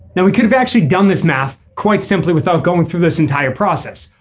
now we could've actually done this math quite simply without going through this entire process.